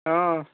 অঁ